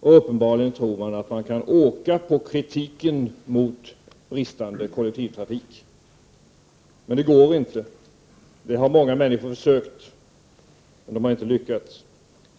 Uppenbarligen tror de att de kan åka gratis på kritiken mot bristande kollektivtrafik. Men det går inte. Det har många människor försökt, men de har inte lyckats.